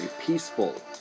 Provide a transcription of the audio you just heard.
peaceful